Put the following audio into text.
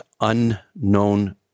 unknown